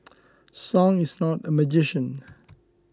song is not a magician